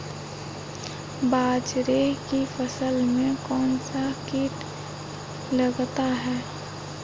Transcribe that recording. बाजरे की फसल में कौन सा कीट लगता है?